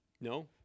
no